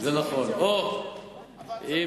זה נכון, אבל צריך